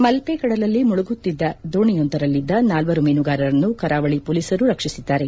ಮಲ್ಲೆ ಕಡಲಲ್ಲಿ ಮುಳುಗುತ್ತಿದ್ದ ದೋಣಿಯೊಂದರಲ್ಲಿದ್ದ ನಾಲ್ವರು ಮೀನುಗಾರರನ್ನು ಕರಾವಳಿ ಪೋಲೀಸರು ರಕ್ಷಿಸಿದ್ದಾರೆ